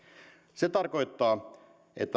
se tarkoittaa että